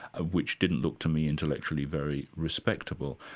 ah which didn't look to me intellectually very respectable,